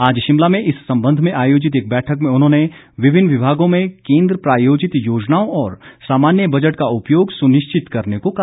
आज शिमला में इस संबंध में आयोजित एक बैठक में उन्होंने विभिन्न विभागों में केंद्र प्रायोजित योजनाओं और सामान्य बजट का उपयोग सुनिश्चित करने को कहा